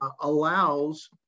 allows